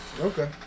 Okay